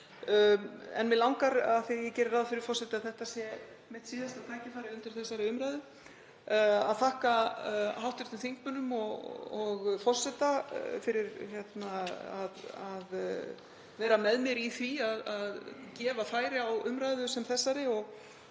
Mig langar, af því að ég geri ráð fyrir, forseti, að þetta sé mitt síðasta tækifæri undir þessari umræðu, að þakka hv. þingmönnum og forseta fyrir að vera með mér í því að gefa færi á umræðu sem þessari.